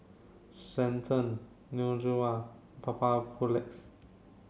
Centrum Neutrogena Papulex